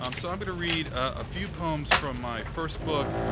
um so, i'm gonna read a few poems from my first book,